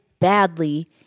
badly